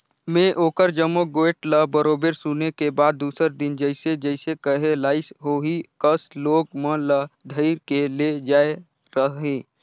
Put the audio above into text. में ओखर जम्मो गोयठ ल बरोबर सुने के बाद दूसर दिन जइसे जइसे कहे लाइस ओही कस लोग मन ल धइर के ले जायें रहें